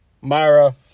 Myra